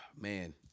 Man